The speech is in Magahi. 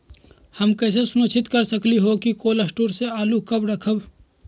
हम कैसे सुनिश्चित कर सकली ह कि कोल शटोर से आलू कब रखब?